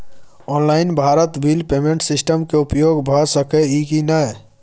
Online Bharat bill payment system के उपयोग भ सके इ की नय?